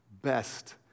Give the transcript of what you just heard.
Best